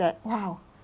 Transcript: that !wow!